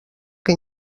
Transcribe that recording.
que